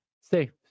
Stay